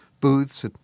booths